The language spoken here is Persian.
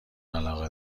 علاقه